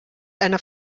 einer